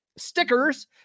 Stickers